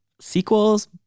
sequels